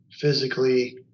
physically